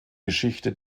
geschichte